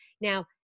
Now